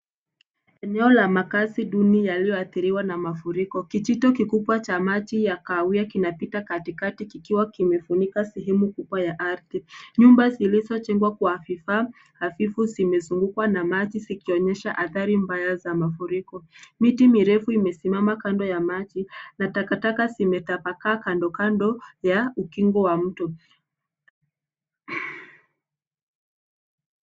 Eneo la makazi duni yaliyoathiriwa na mafuriko. Kijito kikubwa cha maji ya kahawia kinapita katikati kikiwa kimefunika sehemu kubwa ya ardhi. Nyumba zilizojengwa kwa vifaa hafifu zimezungukwa na maji zikionyesha athari mbaya za mafuriko. Miti mirefu imesimama kando ya maji na takataka zimetapakaa kando kando ya ukingo wa mto.